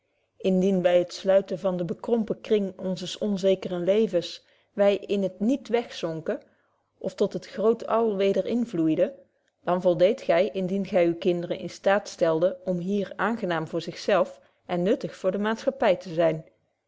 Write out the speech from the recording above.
indien by het sluiten van den bekrompen kring onzes onzekeren levens wy in het niet wegzonken of tot het groot al weder invloeiden dan voldeedt gy indien gy uwe kinderen in staat stelde om hier aangenaam voor zich zelf en nuttig voor de maatschappy te zyn